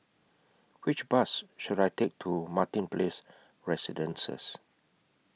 Which Bus should I Take to Martin Place Residences